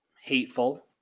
hateful